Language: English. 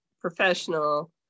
professional